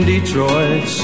Detroit